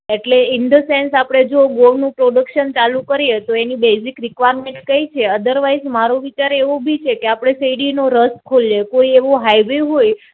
એટલે in the sense આપડે જો ગોળનુ પ્રોડક્શન ચાલુ કરીએ તો એની બેઝીક રિક્વાયરમેંટ કઈ છે અધરવાઇસ મારો વિચાર એવો બી છે કે આપડે શેરડીનો રસ ખોલીએ કોઈ એવુ હાઇવે હોય